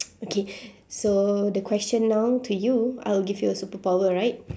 okay so the question now to you I will give you a superpower right